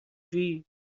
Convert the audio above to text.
جویی